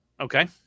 Okay